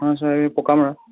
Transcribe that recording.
অঁ ছাৰ এই পকামৰা